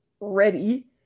ready